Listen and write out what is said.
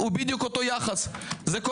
60%